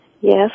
Yes